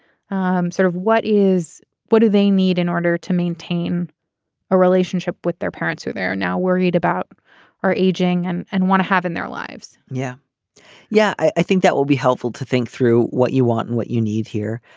um sort of what is what do they need in order to maintain a relationship with their parents who they're now worried about are aging and and want to have in their lives yeah yeah i think that will be helpful to think through what you want. what you need here.